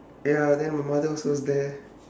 ya then my mother also was there